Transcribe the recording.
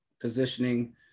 positioning